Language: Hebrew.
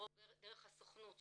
עובר דרך הסוכנות,